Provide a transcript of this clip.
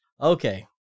Okay